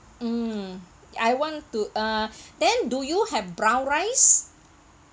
mm I want to uh then do you have brown rice